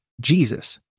Jesus